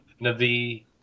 Navi